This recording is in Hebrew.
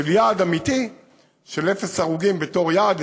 של אפס הרוגים בתור יעד אמיתי.